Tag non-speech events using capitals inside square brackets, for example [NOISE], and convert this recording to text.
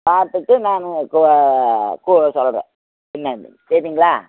பார்த்துட்டு நான் [UNINTELLIGIBLE] சொல்லுறேன் என்னான்று சரிங்களா